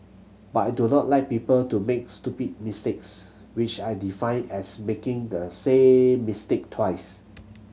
but I do not like people to make stupid mistakes which I define as making the same mistake twice